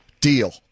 Deal